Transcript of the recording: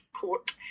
court